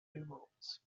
numerals